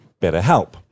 BetterHelp